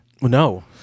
No